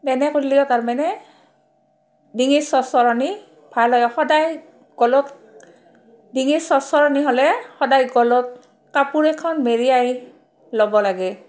তেনে কৰিলেও তাৰমানে ডিঙিত চৰচৰণি ভাল হয় সদায় গলত ডিঙিৰ চৰচৰণি হ'লে সদায় গলত কাপোৰ এখন মেৰিয়াই ল'ব লাগে